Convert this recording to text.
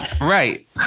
right